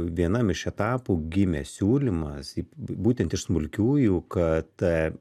vienam iš etapų gimė siūlymas į būtent iš smulkiųjų kad